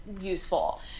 useful